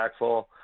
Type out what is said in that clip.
impactful